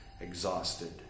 exhausted